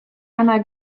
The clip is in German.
einer